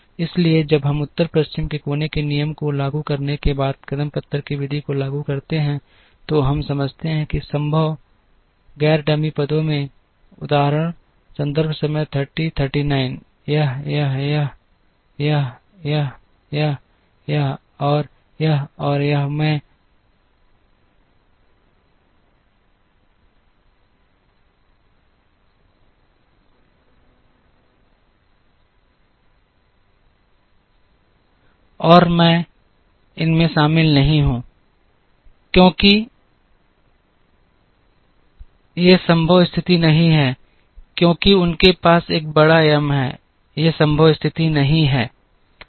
इसलिए जब हम उत्तर पश्चिम कोने के नियम को लागू करने के बाद कदम पत्थर की विधि को लागू करते हैं तो हम समझते हैं कि सभी संभव गैर डमी पदों में उदाहरण यह यह यह यह यह यह यह यह और यह और यह मैं इनमें शामिल नहीं हूं क्योंकि ये संभव स्थिति नहीं हैं क्योंकि उनके पास एक बड़ा एम है ये संभव स्थिति नहीं हैं